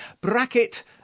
Bracket